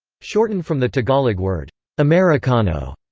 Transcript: shortened from the tagalog word amerikano.